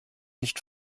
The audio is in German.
nicht